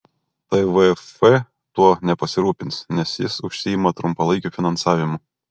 tvf tuo nepasirūpins nes jis užsiima trumpalaikiu finansavimu